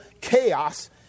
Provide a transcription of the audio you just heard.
Chaos